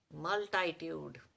multitude